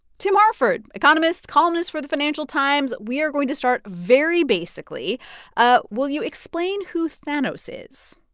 tim harford, economist, columnist for the financial times, we are going to start very basically ah will you explain who thanos is?